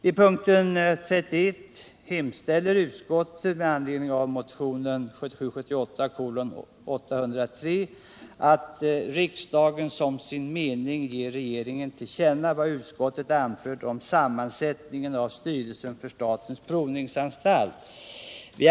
I punkten 31 hemställer utskottet, med anledning av motionen 1977/ 78:803, att riksdagen som sin mening ger regeringen till känna vad utskottet anfört om sammansättningen av styrelsen för statens provningsanstalt.